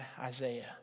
Isaiah